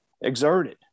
exerted